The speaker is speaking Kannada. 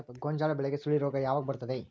ಗೋಂಜಾಳ ಬೆಳೆಗೆ ಸುಳಿ ರೋಗ ಯಾವಾಗ ಬರುತ್ತದೆ?